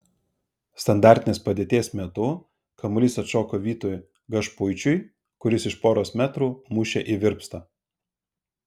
standartinės padėties metu kamuolys atšoko vytui gašpuičiui kuris iš poros metrų mušė į virpstą